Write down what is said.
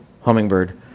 hummingbird